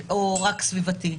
או לא רק סביבתי.